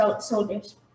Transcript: soldiers